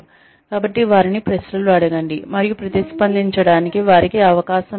కాబట్టి వారిని ప్రశ్నలు అడగండి మరియు ప్రతిస్పందించడానికి వారికి అవకాశం ఇవ్వండి